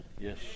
Yes